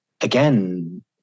again